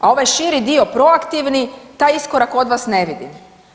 A ovaj širi dio proaktivni taj iskorak kod vas ne vidim.